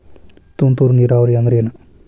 ತುಂತುರು ನೇರಾವರಿ ಅಂದ್ರ ಏನ್?